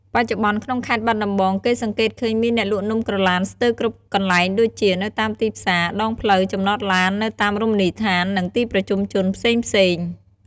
បច្ចុប្បន្នក្នុងខេត្តបាត់ដំបង គេសង្កេតឃើញមានអ្នកលក់នំក្រឡានស្ទើរគ្រប់កន្លែងដូចជា នៅតាមទីផ្សារ ដងផ្លូវ ចំណតឡាន នៅតាមរមណីយដ្ឋាន និងទីប្រជុំជនផ្សេងៗ។